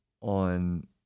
on